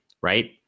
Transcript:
Right